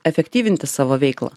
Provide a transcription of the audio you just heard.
efektyvinti savo veiklą